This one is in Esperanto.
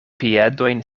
piedojn